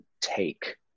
take